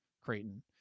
Creighton